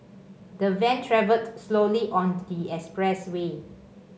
the van travelled slowly on the expressway